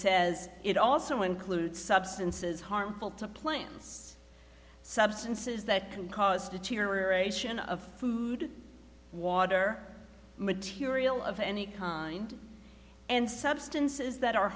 says it also includes substances harmful to plants substances that can cause deterioration of food water material of any kind and substances that are